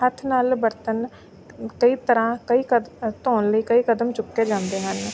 ਹੱਥ ਨਾਲ ਬਰਤਨ ਕਈ ਤਰ੍ਹਾਂ ਕਈ ਕਦ ਅ ਧੋਣ ਲਈ ਕਈ ਕਦਮ ਚੁੱਕੇ ਜਾਂਦੇ ਹਨ